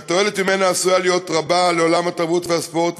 שהתועלת ממנה עשויה להיות רבה לעולם התרבות והספורט,